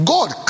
God